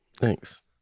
Thanks